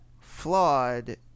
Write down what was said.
flawed